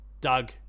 Doug